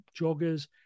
joggers